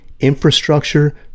Infrastructure